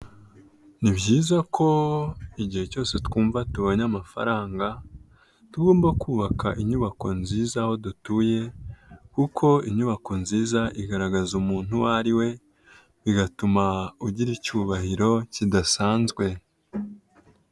Ni byiza ko igihe cyose twumva tubonye amafaranga tugomba kubaka inyubako nziza aho dutuye, kuko inyubako nziza igaragaza umuntu uwo ari we, bigatuma ugira icyubahiro kidasanzwe.